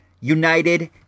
united